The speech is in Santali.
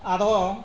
ᱟᱫᱚ